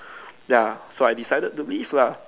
ya so I decided to leave lah